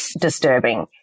disturbing